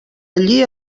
allí